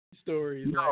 stories